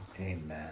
Amen